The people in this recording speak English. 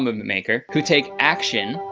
maker, who take action,